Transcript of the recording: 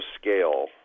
scale